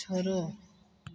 छोड़ो